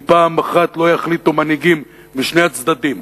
אם פעם אחת לא יחליטו מנהיגים משני הצדדים,